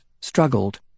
struggled